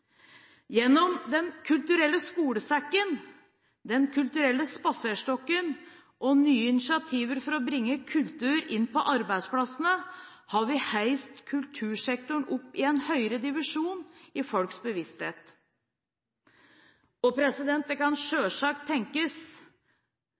Gjennom Den kulturelle skolesekken, Den kulturelle spaserstokken og nye initiativer for å bringe kultur inn på arbeidsplassene har vi heist kultursektoren opp i en høyere divisjon i folks bevissthet. Det kan